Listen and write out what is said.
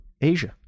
Asia